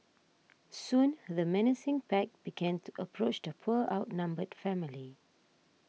soon the menacing pack began to approach the poor outnumbered family